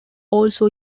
also